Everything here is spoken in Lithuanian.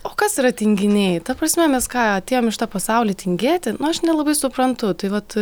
o kas yra tinginiai ta prasme mes ką atėjom į šitą pasaulį tingėti nu aš nelabai suprantu tai vat